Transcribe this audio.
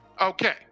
Okay